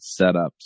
setups